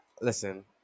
Listen